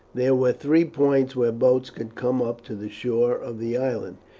there were three points where boats could come up to the shore of the island.